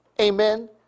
amen